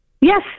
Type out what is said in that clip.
Yes